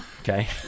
okay